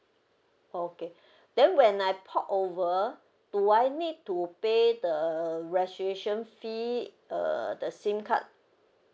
okay then when I port over do I need to pay the registration fee uh the SIM card